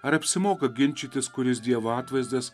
ar apsimoka ginčytis kuris dievo atvaizdas